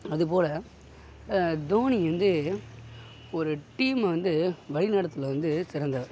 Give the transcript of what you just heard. அதுபோல் தோனி வந்து ஒரு டீம்மை வந்து வழி நடத்தில் வந்து சிறந்தவர்